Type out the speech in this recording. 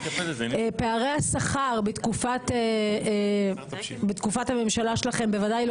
פערי השכר בתקופת הממשלה שלכם בוודאי לא